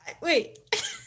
Wait